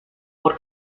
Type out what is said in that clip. por